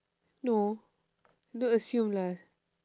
no don't assume lah